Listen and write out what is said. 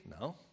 No